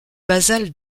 basale